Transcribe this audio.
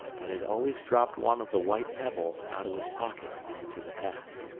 but had always dropped one of the white pebbles out of his pocket on to the path.